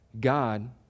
God